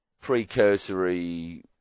precursory